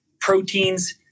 proteins